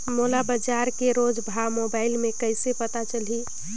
मोला बजार के रोज भाव मोबाइल मे कइसे पता चलही?